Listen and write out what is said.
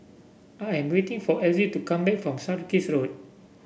I am waiting for Elzy to come back from Sarkies Road